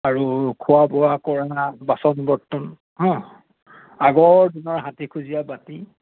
আৰু খোৱা বোৱা কৰা বাচন বৰ্তন হা আগৰ দিনৰ হাতী খুজীয়া বাতি